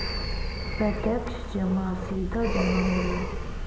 प्रत्यक्ष जमा सीधा जमा होला